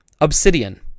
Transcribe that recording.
Obsidian